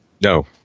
No